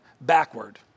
backward